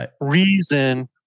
reason